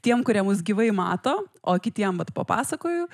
tiem kurie mus gyvai mato o kitiem vat papasakoju